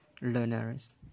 learners